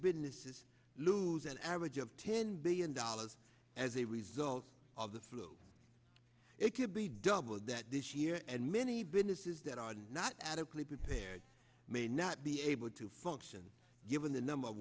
businesses lose an average of ten billion dollars as a result of the flu it could be double that this year and many businesses that are not adequately prepared may not be able to function given the number of